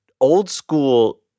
Old-school